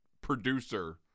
producer